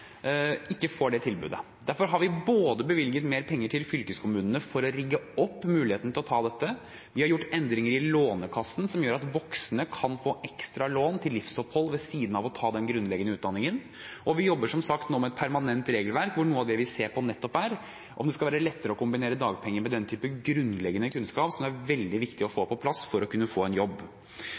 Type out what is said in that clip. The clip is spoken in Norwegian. ikke får det tilbudet. Derfor har vi både bevilget mer penger til fylkeskommunene for å rigge opp muligheten til å ta dette, vi har gjort endringer i Lånekassen som gjør at voksne kan få ekstra lån til livsopphold ved siden av å ta den grunnleggende utdanningen, og vi jobber som sagt nå med et permanent regelverk hvor noe av det vi ser på, nettopp er om det skal være lettere å kombinere dagpenger med den type grunnleggende kunnskap som det er veldig viktig å få på plass for å kunne få en jobb.